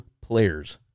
players